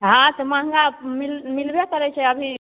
हाँ से महँगा मिल मिलबे करैत छै अभी